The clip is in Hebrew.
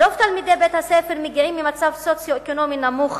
רוב תלמידי בית-הספר מגיעים ממצב סוציו-אקונומי נמוך.